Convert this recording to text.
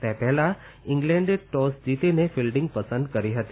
તે પહેલાં ઇંગ્લેન્ડે ટોસ જીતીને ફિલ્ડીંગ પસંદ કરી હતી